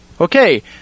Okay